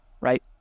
right